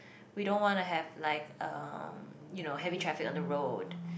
we don't wanna have like um you know heavy traffic on the road